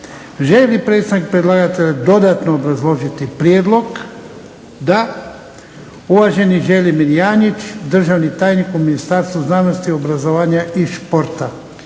li predstavnik predlagatelja dodatno obrazložiti prijedlog? Da. Uvaženi Želimir Janjić, državni tajnik u Ministarstvu znanosti, obrazovanja i športa.